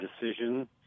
decision